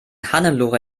hannelore